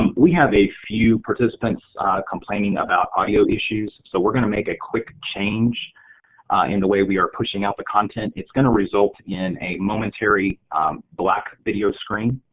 we have a few participants complaining about audio issues so we're going to make a quick change in the way we are pushing out the content, it's going to result in a momentary black video screen.